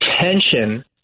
tension